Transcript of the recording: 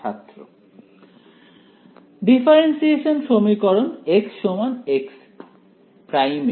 ছাত্র ডিফারেন্সিয়েশন সমীকরণ xx' এ